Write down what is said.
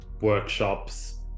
workshops